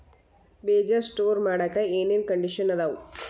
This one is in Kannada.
ಬೇಜ ಸ್ಟೋರ್ ಮಾಡಾಕ್ ಏನೇನ್ ಕಂಡಿಷನ್ ಅದಾವ?